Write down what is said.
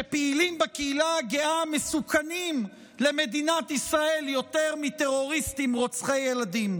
שפעילים בקהילה הגאה מסוכנים למדינת ישראל יותר מטרוריסטים רוצחי ילדים.